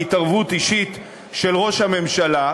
בהתערבות אישית של ראש הממשלה,